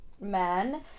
men